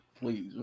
Please